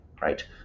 right